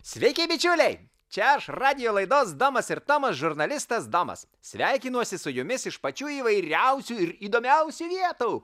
sveiki bičiuliai čia aš radijo laidos domas ir tomas žurnalistas domas sveikinuosi su jumis iš pačių įvairiausių ir įdomiausių vietų